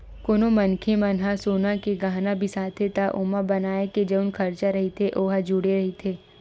कोनो मनखे मन ह सोना के गहना बिसाथे त ओमा बनाए के जउन खरचा रहिथे ओ ह जुड़े रहिथे